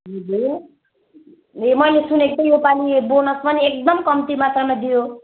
हजुर ए मैले सुनेको थिएँ योपालि बोनस पनि एकदम कम्ती मात्रामा दियो